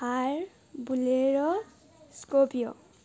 Thar bolero scorpio